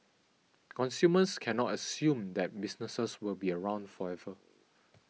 consumers cannot assume that businesses will be around forever